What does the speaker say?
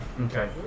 Okay